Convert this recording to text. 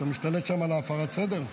אתה משתלט שם על הפרת הסדר?